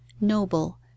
noble